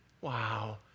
wow